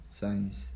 Science